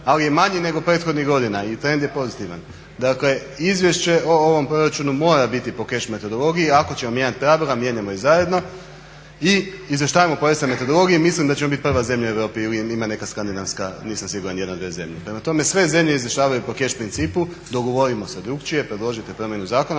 ali je manji nego prethodnih godina i trend je pozitivan. Dakle izvješće o ovom proračunu mora biti po keš metodologiji i ako ćemo mijenjati pravila, mijenjamo ih zajedno i izvještavamo po ESA metodologiji. I mislim da ćemo biti prva zemlja u Europi ili ima neka skandinavska, nisam siguran jedna ili dvije zemlje, prema tome sve zemlje izvještavaju po keš principu. Dogovorimo se drukčije, predložite promjenu zakona